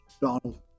Donald